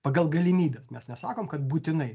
pagal galimybes mes nesakom kad būtinai